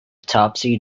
topsy